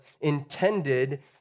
intended